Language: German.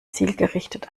zielgerichtet